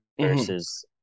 versus